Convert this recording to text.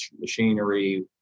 machinery